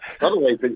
otherwise